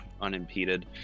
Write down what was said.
unimpeded